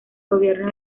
gobierno